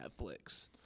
Netflix